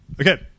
Okay